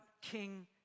King